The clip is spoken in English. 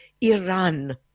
Iran